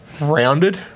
rounded